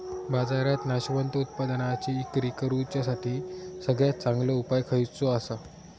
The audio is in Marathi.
बाजारात नाशवंत उत्पादनांची इक्री करुच्यासाठी सगळ्यात चांगलो उपाय खयचो आसा?